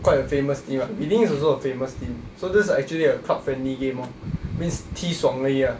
quite a famous team ah reading is also a famous team so that's a actually a club friendly game orh means 踢爽而已 ah